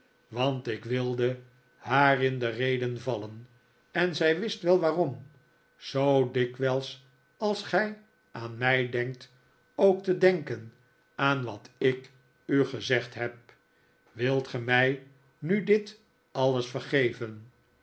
want ik wilde haar in de rede vallen en zij wist wel waarom zoo dikwijls als gij aan mij denkt ook te denken aan wat ik u gezegd heb wilt ge mij nu dit alles vergeven